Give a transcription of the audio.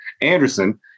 Anderson